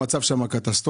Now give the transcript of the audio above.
המצב שם קטסטרופה.